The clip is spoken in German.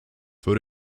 für